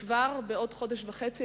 וכבר בעוד חודש וחצי,